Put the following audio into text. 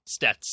stats